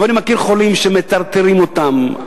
אבל אני מכיר חולים שמטרטרים אותם,